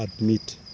admit